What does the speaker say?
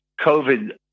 COVID